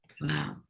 Wow